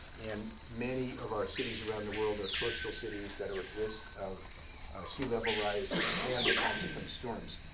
and many of our cities around the world are coastal cities that are at risk of sea level rise and the consequent storms.